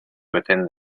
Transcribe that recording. within